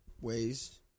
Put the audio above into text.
ways